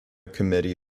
committee